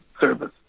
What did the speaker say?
service